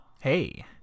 Hey